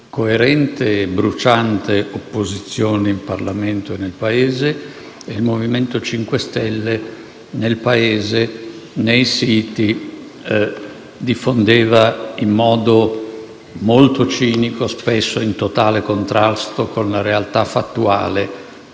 coerente e bruciante opposizione in Parlamento e nel Paese, e il Movimento 5 Stelle, nel Paese, nei siti, diffondeva in modo molto cinico - spesso in totale contrasto con la realtà fattuale